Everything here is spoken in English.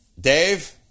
Dave